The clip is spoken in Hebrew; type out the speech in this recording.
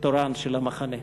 של המחנה.